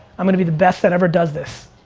i'm gonna be the best that ever does this.